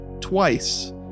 twice